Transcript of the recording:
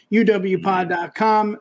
uwpod.com